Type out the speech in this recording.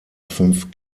fünf